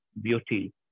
beauty